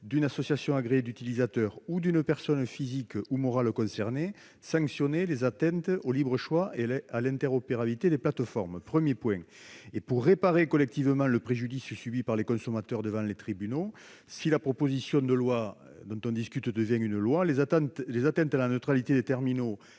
d'une association agréée d'utilisateurs, ou d'une personne physique ou morale concernée, sanctionner » les atteintes au libre choix et à l'interopérabilité des plateformes. Pour réparer collectivement le préjudice subi par les consommateurs devant les tribunaux, si la proposition de loi dont nous discutons devient loi, les atteintes à la neutralité des terminaux